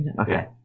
Okay